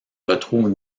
retrouve